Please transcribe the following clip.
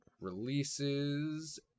releases